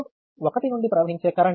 node 1 నుండి ప్రవహించే current G